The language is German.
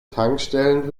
tankstellen